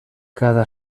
cada